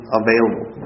available